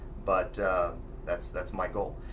but that's that's my goal.